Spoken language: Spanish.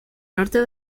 norte